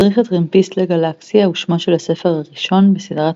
מדריך הטרמפיסט לגלקסיה הוא שמו של הספר הראשון בסדרת